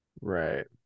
Right